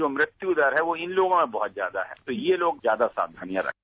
जो मुल्युदर है वो इन तोगों में बहुत प्यादा है तो ये लोग ज्यादा साक्षानियां बरतें